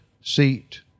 seat